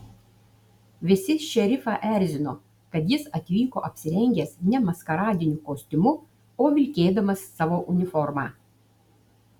visi šerifą erzino kad jis atvyko apsirengęs ne maskaradiniu kostiumu o vilkėdamas savo uniformą